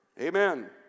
Amen